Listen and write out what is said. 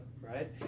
right